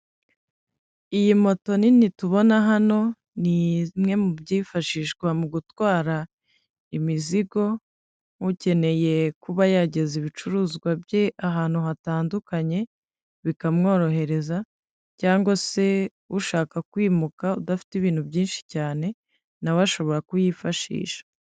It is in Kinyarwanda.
Iyi moto nini tubona hano ni imwe mu byifashishwa mu gutwara imizigo, ukeneye kuba yageza ibicuruzwa bye ahantu hatandukanye bikamworohereza cyangwa se ushaka kwimuka udafite ibintu byinshi cyane, nawe we ashobora kuyifashisha.